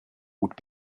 would